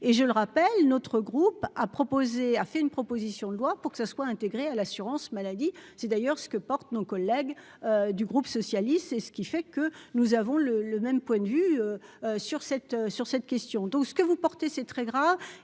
et je le rappelle, notre groupe a proposé, a fait une proposition de loi pour que ce soit intégré à l'assurance maladie, c'est d'ailleurs ce que portent nos collègues du groupe socialiste et ce qui fait que nous avons le le même point de vue sur cette sur cette question, donc, ce que vous portez c'est très gras